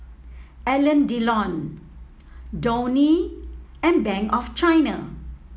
Alain Delon Downy and Bank of China